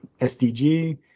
SDG